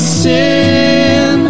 sin